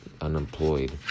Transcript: unemployed